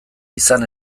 izan